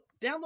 download